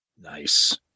Nice